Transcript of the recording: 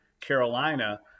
Carolina